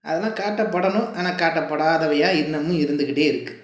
அதெலாம் காட்டப்படணும் ஆனால் காட்டப்படாதவையாக இன்னமும் இருந்துக்கிட்டே இருக்குது